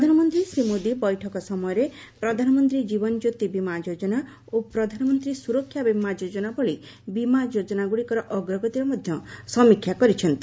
ପ୍ରଧାନମନ୍ତ୍ରୀ ଶ୍ରୀ ମୋଦୀ ବୈଠକ ସମୟରେ 'ପ୍ରଧାନମନ୍ତ୍ରୀ ଜୀବନଜ୍ୟୋତି ବିମା ଯୋଜନା' ଓ 'ପ୍ରଧାନମନ୍ତ୍ରୀ ସୁରକ୍ଷା ବିମା ଯୋଜନା' ଭଳି ବିମା ଯୋଜନାଗୁଡ଼ିକର ଅଗ୍ରଗତିର ମଧ୍ୟ ସମୀକ୍ଷା କରିଛନ୍ତି